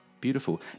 Beautiful